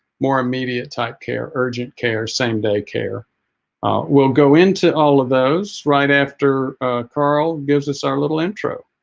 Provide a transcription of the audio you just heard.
more immediate type care urgent care same-day care we'll go into all of those right after carl gives us our little intro